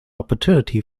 opportunity